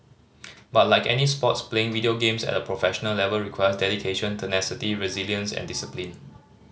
but like any sports playing video games at a professional level requires dedication tenacity resilience and discipline